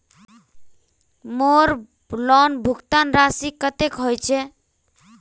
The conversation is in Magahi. मोर लोन भुगतान राशि कतेक होचए?